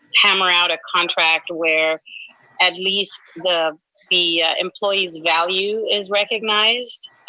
hammer out a contract where at least the the employees value is recognized,